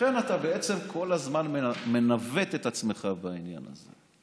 לכן אתה בעצם כל הזמן מנווט את עצמך בעניין הזה.